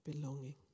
belonging